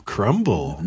Crumble